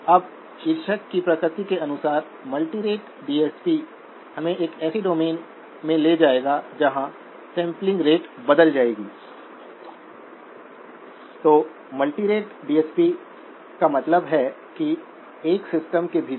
अब incremental quantities के बारे में क्या है हम इंक्रीमेंटल पिक्चर को लिख सकते हैं और इव़ैल्यूएट कर सकते हैं